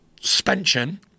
suspension